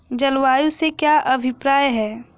जलवायु से क्या अभिप्राय है?